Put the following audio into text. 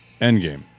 Endgame